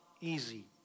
easy